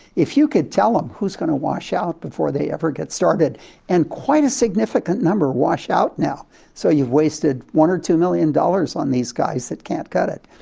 if you could tell them who's going to wash out before they ever get started and quite a significant number wash out now so you've wasted one or two million dollars on these guys that can't cut it.